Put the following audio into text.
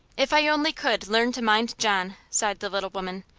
if i only could learn to mind john, sighed the little woman.